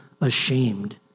ashamed